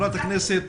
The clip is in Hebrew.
חברת הכנסת